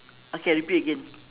okay I repeat again